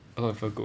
a lot of people go